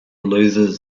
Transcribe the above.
loses